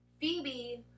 Phoebe